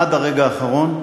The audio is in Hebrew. עד הרגע האחרון,